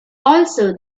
also